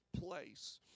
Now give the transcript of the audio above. place